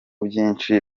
byinshi